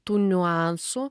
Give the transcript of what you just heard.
tų niuansų